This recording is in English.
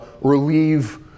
relieve